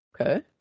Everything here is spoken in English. Okay